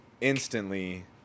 instantly